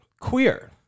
Queer